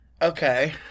Okay